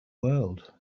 world